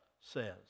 says